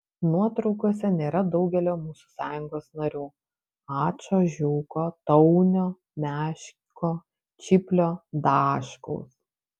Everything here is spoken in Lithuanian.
nuotraukose nėra daugelio mūsų sąjungos narių ačo žiūko taunio meško čiplio daškaus